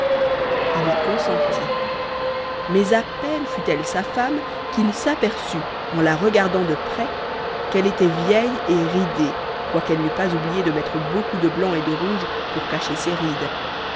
il y consentit mais à peine fut-elle sa femme qu'il s'aperçut en la regardant de près qu'elle était vieille et ridée quoiqu'elle n'eût pas oublié de mettre beaucoup de blanc et de rouge pour cacher ses rides